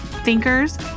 thinkers